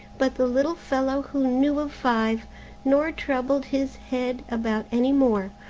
but the little fellow who knew of five nor troubled his head about any more,